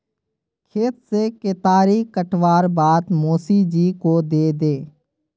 खेत से केतारी काटवार बाद मोसी जी को दे दे